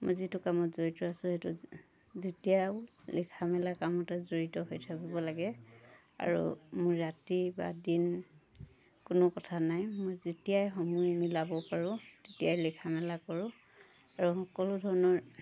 মই যিটো কামত জড়িত আছোঁ সেইটো যেতিয়াও লিখা মেলা কামতে জড়িত হৈ থাকিব লাগে আৰু মোৰ ৰাতি বা দিন কোনো কথা নাই মই যেতিয়াই সময় মিলাব পাৰোঁ তেতিয়াই লিখা মেলা কৰোঁ আৰু সকলো ধৰণৰ